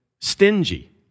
stingy